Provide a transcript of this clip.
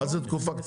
מה זה תקופה קצרה?